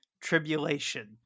Tribulation